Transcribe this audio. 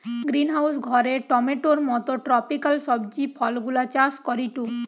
greenhouse ঘরে টমেটোর মত ট্রপিকাল সবজি ফলগুলা চাষ করিটু